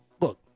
look